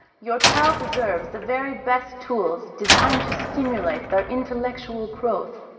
your child deserves the very best tools designed to stimulate their intellectual growth.